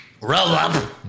roll-up